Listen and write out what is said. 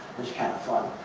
was kind of fun.